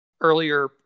earlier